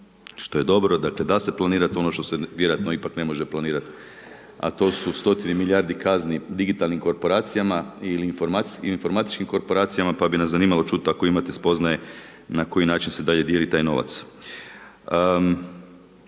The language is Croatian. što je dobro, dakle da se planirat ono što se vjerojatno ipak ne može planirat a to su stotine milijardi kazni digitalnim korporacijama ili informatičkim korporacijama pa bi nas zanimalo čuti ako imate spoznaje na koji način se dalje dijeli taj novac.